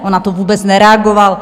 On na to vůbec nereagoval.